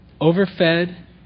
overfed